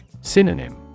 Synonym